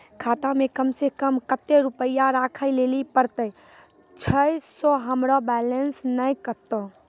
खाता मे कम सें कम कत्ते रुपैया राखै लेली परतै, छै सें हमरो बैलेंस नैन कतो?